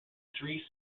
three